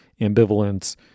ambivalence